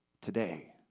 Today